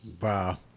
Wow